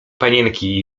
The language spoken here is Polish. panienki